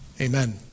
Amen